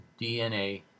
DNA